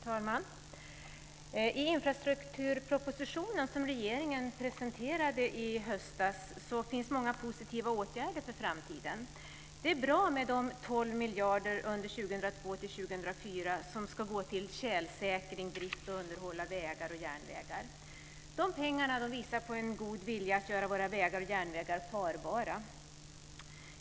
Fru talman! I infrastrukturpropositionen, som regeringen presenterade i höstas, finns det många positiva åtgärder för framtiden. Det är bra med de 12 miljarderna under 2002-2004 som ska gå till tjälsäkring, drift och underhåll av vägar och järnvägar. Dessa pengar visar på en god vilja att göra våra vägar och järnvägar farbara.